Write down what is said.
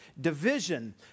division